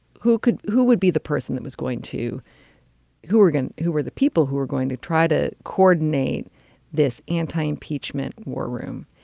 who could who would be the person that was going to who were gone, who were the people who were going to try to coordinate this anti impeachment war room?